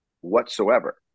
whatsoever